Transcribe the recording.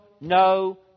no